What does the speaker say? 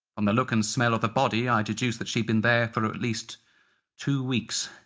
um the look and smell of the body, i deduced that she'd been there at least two weeks.